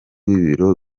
w’ibiro